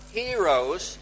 heroes